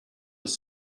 with